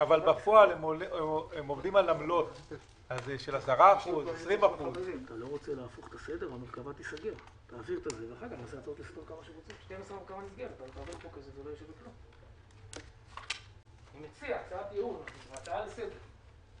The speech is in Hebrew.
אבל בפועל הם עובדים על עמלות של 10%, 20%. אחרי